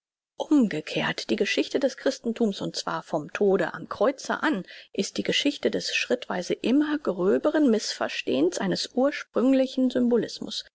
umgekehrt die geschichte des christentums und zwar vom tode am kreuze an ist die geschichte des schrittweise immer gröberen mißverstehns eines ursprünglichen symbolismus